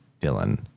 Dylan